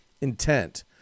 intent